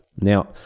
Now